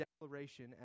declaration